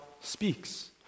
speaks